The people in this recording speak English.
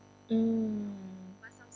mm